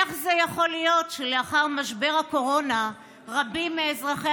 איך זה יכול להיות שלאחר משבר הקורונה רבים מאזרחי